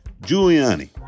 Giuliani